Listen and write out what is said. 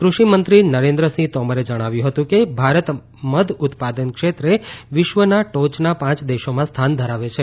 ક્રષિમંત્રી નરેન્દ્રસિંહ તોમરે જણાવ્યું હતું કે ભારત મધ ઉત્પાદન ક્ષેત્રે વિશ્વના ટોચના પાંચ દેશોમાં સ્થાન ધરાવે છે